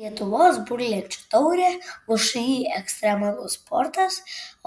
lietuvos burlenčių taurę všį ekstremalus sportas